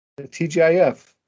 TGIF